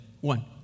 One